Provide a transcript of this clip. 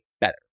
better